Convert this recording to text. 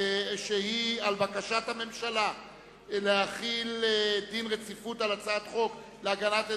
שהיא על בקשת הממשלה להחיל דין רציפות על הצעת חוק הגנת עדים,